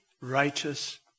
righteous